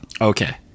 Okay